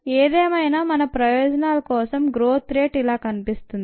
ఏదేమైనా మన ప్రయోజనాల కోసం గ్రోత్ రేట్ ఇలా కనిపిస్తుంది